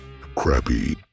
Crappy